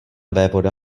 vévoda